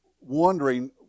wondering